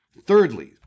Thirdly